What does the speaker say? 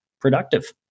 productive